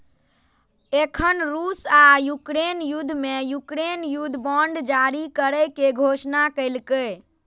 एखन रूस आ यूक्रेन युद्ध मे यूक्रेन युद्ध बांड जारी करै के घोषणा केलकैए